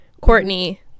Courtney